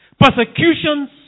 persecutions